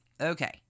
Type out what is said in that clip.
okay